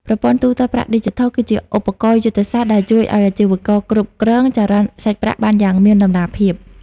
ប្រព័ន្ធ ទូទាត់ប្រាក់ឌីជីថលគឺជាឧបករណ៍យុទ្ធសាស្ត្រដែលជួយឱ្យអាជីវករគ្រប់គ្រងចរន្តសាច់ប្រាក់បានយ៉ាងមានតម្លាភាព។